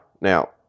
now